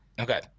Okay